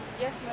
Yes